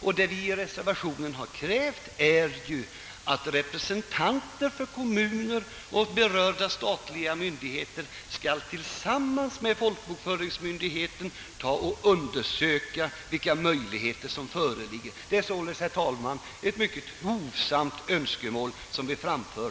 Och vad vi i reservationen har krävt är ju att representanter för kommuner och berörda statliga myndigheter skall tillsammans med folkbokföringsmyndigheten undersöka vilka möjligheter som föreligger. Det är således, herr talman, ett mycket hovsamt önskemål som vi framför.